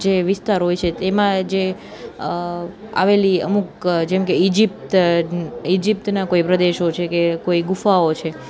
જે વિસ્તાર હોય છે એમાં જે આવેલી અમુક જેમ કે ઈજિપ્ત ઈજિપ્તના કોઈ પ્રદેશો છે કે કોઈ ગુફાઓ છે